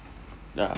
yeah